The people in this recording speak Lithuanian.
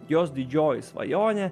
jos didžioji svajonė